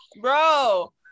Bro